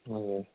हजुर